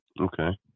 Okay